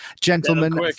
Gentlemen